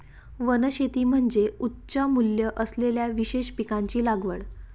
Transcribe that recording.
वनशेती म्हणजे उच्च मूल्य असलेल्या विशेष पिकांची लागवड